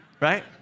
right